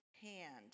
hand